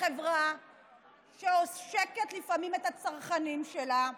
חברה שעושקת לפעמים את הצרכנים שלה,